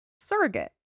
surrogate